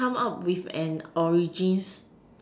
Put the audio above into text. come out with an origins